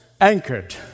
anchored